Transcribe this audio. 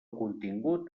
contingut